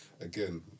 again